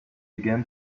again